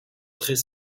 très